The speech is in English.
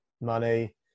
money